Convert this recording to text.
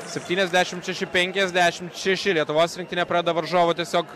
septyniasdešimt šeši penkiasdešimt šeši lietuvos rinktinė pradeda varžovų tiesiog